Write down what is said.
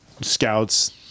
scouts